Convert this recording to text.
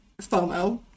FOMO